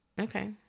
Okay